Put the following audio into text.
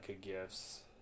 gifts